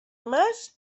más